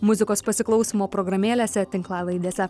muzikos pasiklausymo programėlėse tinklalaidėse